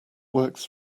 works